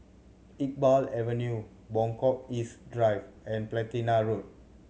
Iqbal Avenue Buangkok East Drive and Platina Road